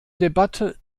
debatte